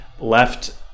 Left